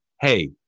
Hey